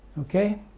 Okay